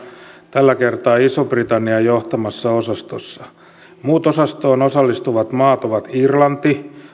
tällä kertaa ison britannian johtamassa osastossa muut osastoon osallistuvat maat ovat irlanti